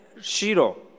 shiro